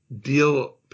deal